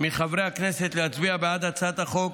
מחברי הכנסת להצביע בעד הצעת החוק,